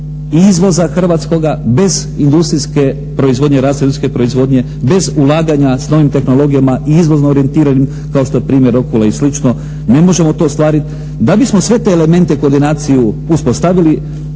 i izvoza hrvatskoga bez industrijske proizvodnje, rasta industrijske proizvodnje, bez ulaganja s novim tehnologijama i izvozno orijentiranim kao što je primjer Rokule i sl. ne možemo to ostvariti. Da bismo sve te elemente koordinaciju uspostavili,